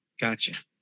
gotcha